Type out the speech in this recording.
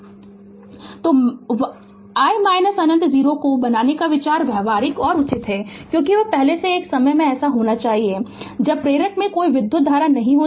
Refer Slide Time 1258 तो i अनंत 0 बनाने का विचार व्यावहारिक और उचित है क्योंकि वे पहले एक समय में ऐसा होना चाहिए जब प्रारंभ करनेवाला में कोई विधुत धारा नहीं थी